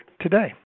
today